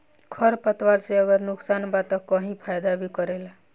खर पतवार से अगर नुकसान बा त कही फायदा भी करेला